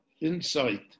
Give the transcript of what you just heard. insight